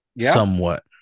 Somewhat